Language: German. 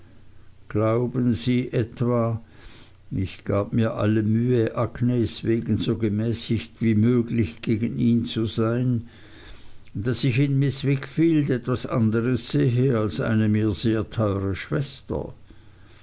glauben sie etwa ich gab mir alle mühe agnes wegen so gemäßigt wie möglich gegen ihn zu sein daß ich in miß wickfield etwas anderes sehe als eine mir sehr teuere schwester